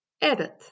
Edit